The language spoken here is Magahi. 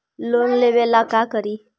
लोन लेबे ला का करि?